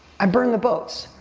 i burned the boats.